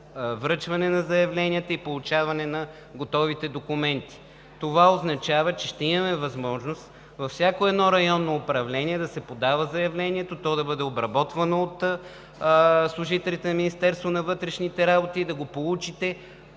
връчване на заявленията и получаване на готовите документи. Това означава, че ще имаме възможност във всяко едно районно управление да се подава заявлението, то да бъде обработвано от служителите на Министерството на вътрешните работи и да го получите